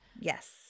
Yes